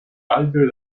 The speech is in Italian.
alberi